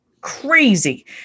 crazy